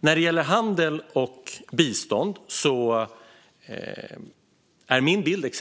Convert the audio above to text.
När det gäller handel och bistånd har jag min bild